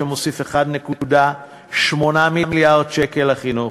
שמוסיף 1.8 מיליארד ש"ח לחינוך,